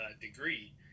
degree